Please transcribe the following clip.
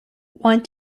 want